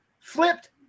flipped